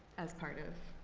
as part of